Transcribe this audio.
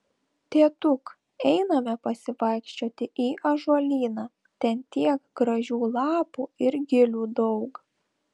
tėtuk einame pasivaikščioti į ąžuolyną ten tiek gražių lapų ir gilių daug